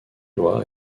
loi